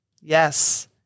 Yes